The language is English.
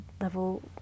level